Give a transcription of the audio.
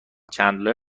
چندلر